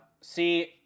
See